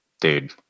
dude